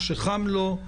שחם לו,